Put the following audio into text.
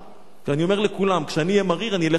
אני אומר לכולם: כשאני אהיה מריר אני אלך הביתה.